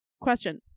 question